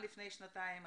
לפני שנתיים,